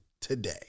today